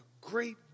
great